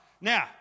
Now